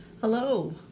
Hello